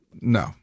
No